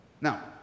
Now